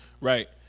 Right